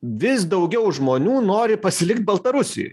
vis daugiau žmonių nori pasilikt baltarusijoj